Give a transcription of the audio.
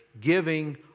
giving